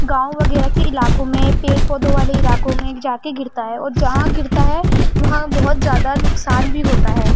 گاؤں وغیرہ كے علاقوں میں پیڑ پودوں والے علاقوں میں جا کے گرتا ہے اور جہاں گرتا ہے وہاں بہت زیادہ نقصان بھی ہوتا ہے